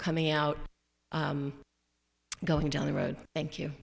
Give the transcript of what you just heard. coming out going down the road thank you